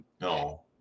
no